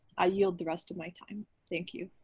i yield the rest of my time, thank you.